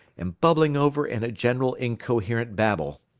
and bubbling over in a general incoherent babel.